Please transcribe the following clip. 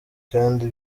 kandi